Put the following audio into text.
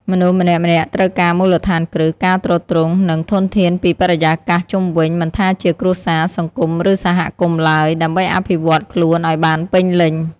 មនុស្សម្នាក់ៗត្រូវការមូលដ្ឋានគ្រឹះ ការទ្រទ្រង់ និងធនធានពីបរិយាកាសជុំវិញ មិនថាជាគ្រួសារ សង្គម ឬសហគមន៍ឡើយ ដើម្បីអភិវឌ្ឍន៍ខ្លួនឲ្យបានពេញលេញ។